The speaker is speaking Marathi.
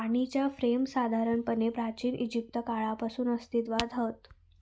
पाणीच्या फ्रेम साधारणपणे प्राचिन इजिप्त काळापासून अस्तित्त्वात हत